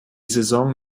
saison